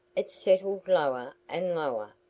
it settled lower and lower.